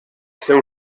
seu